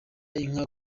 inka